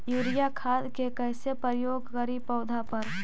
Urea खाद के कैसे प्रयोग करि पौधा पर?